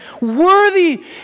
Worthy